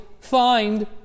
find